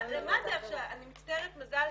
אני מצטערת מזל,